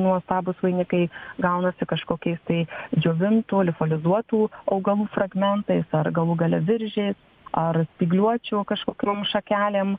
nuostabūs vainikai gaunasi kažkokiais tai džiovintų lifolizuotų augalų fragmentais ar galų gale viržiais ar spygliuočių kažkokiom šakelėm